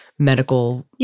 medical